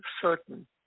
certain